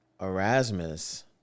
erasmus